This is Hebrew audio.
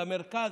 למרכז,